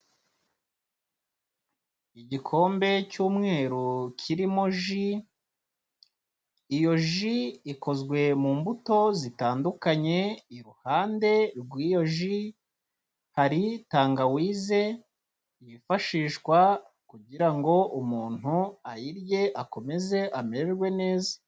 Igikombe cy'umweru kirimo ji, iyo ji ikozwe mu mbuto zitandukanye, iruhande rw'iyo ji hari tangawize, yifashishwa kugira ngo umuntu ayirye, akomeze amererwe neza.